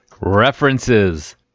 References